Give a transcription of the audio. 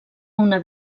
una